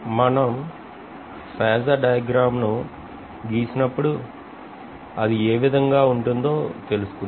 మనం phasor diagram ను గీసినప్పుడు ఏది ఏవిదంగా ఉంటుందో తెలుసుకుందాం